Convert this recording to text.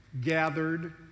gathered